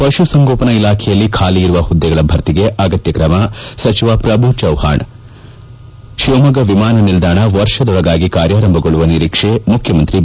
ಪಶುಸಂಗೋಪನಾ ಇಲಾಖೆಯಲ್ಲಿ ಖಾಲಿ ಇರುವ ಹುದ್ದೆಗಳ ಭರ್ತಿಗೆ ಅಗಿಡತ್ನ ಕ್ರಮ ಸಚಿವ ಪ್ರಭು ಚವ್ವಾಣ್ ಶಿವಮೊಗ್ಗ ವಿಮಾನ ನಿಲ್ಲಾಣ ವರ್ಷದೊಳಗಾಗಿ ಕಾರ್ಯಾರಂಭಗೊಳ್ಳುವ ನಿರೀಕ್ಷೆ ಮುಖ್ಯಮಂತ್ರಿ ಬಿ